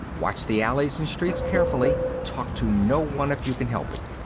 watch the alleys and streets carefully. talk to no one if you can help it.